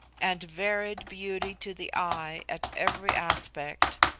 and varied beauty to the eye at every aspect.